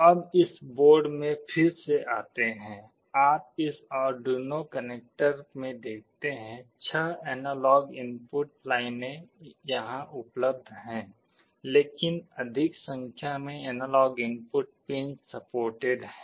अब इस बोर्ड में फिर से आते हैं आप इस आर्डुइनो कनेक्टर में देखते हैं छह एनालॉग इनपुट लाइनें यहां उपलब्ध हैं लेकिन अधिक संख्या में एनालॉग इनपुट पिन सपोर्टेड हैं